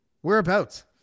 whereabouts